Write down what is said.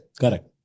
Correct